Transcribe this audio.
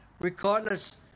regardless